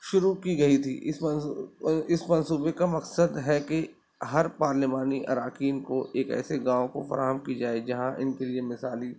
شروع کی گئی تھی اس منصو اس منصوبے کا مقصد ہے کہ ہر پارلیمانی اراکین کو ایک ایسے گاؤں کو فراہم کی جائے جہاں ان کے لیے مثالی